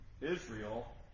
Israel